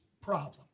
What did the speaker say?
problem